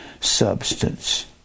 substance